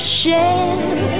share